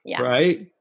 right